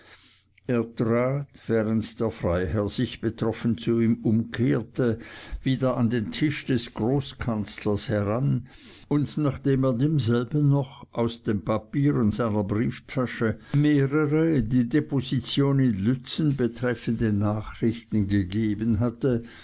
während der freiherr sich betroffen zu ihm umkehrte wieder an den tisch des großkanzlers heran und nachdem er demselben noch aus den papieren seiner brieftasche mehrere die deposition in lützen betreffende nachrichten gegeben hatte